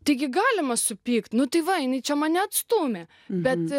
taigi galima supykt nu tai va jinai čia mane atstūmė bent